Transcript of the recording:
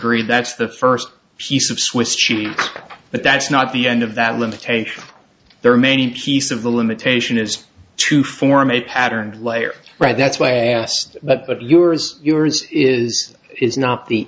agreed that's the first piece of swiss cheese but that's not the end of that limitation there are many piece of the limitation is to form a pattern layer right that's why i asked what yours yours is is not the